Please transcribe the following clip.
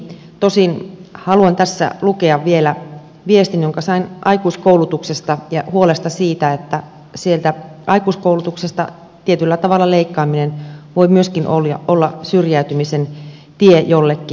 tosin haluan tässä lukea vielä viestin jonka sain aikuiskoulutuksesta ja huolesta siitä että tietyllä tavalla sieltä aikuiskoulutuksesta leikkaaminen voi myöskin olla syrjäytymisen tie jollekin